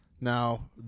Now